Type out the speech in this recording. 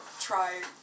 try